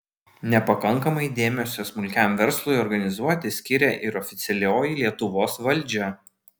nepakankamai dėmesio smulkiam verslui organizuoti skiria ir oficialioji lietuvos valdžia